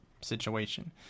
situation